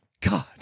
god